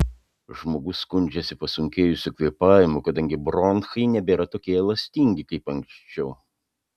žmogus skundžiasi pasunkėjusiu kvėpavimu kadangi bronchai nebėra tokie elastingi kaip anksčiau